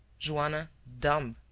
joanna, dumb,